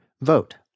vote